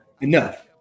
enough